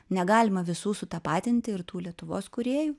negalima visų sutapatinti ir tų lietuvos kūrėjų